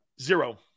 Zero